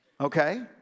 Okay